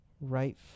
right